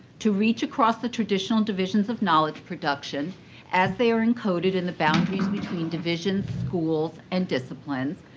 to reach across the traditional divisions of knowledge production as they are encoded in the boundaries between divisions, schools, and disciplines.